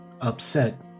upset